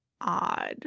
odd